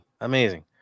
Amazing